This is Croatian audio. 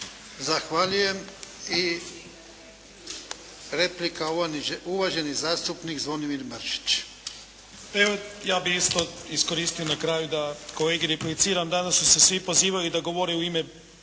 Zahvaljujem. I replika uvaženi zastupnik Zvonimir Mršić. **Mršić, Zvonimir (SDP)** Evo ja bih isto iskoristio na kraju da kolegi repliciram. Danas su se svi pozivali da govore u ime